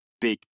big